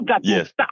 Yes